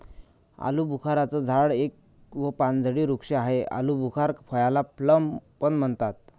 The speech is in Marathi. आलूबुखारा चं झाड एक व पानझडी वृक्ष आहे, आलुबुखार फळाला प्लम पण म्हणतात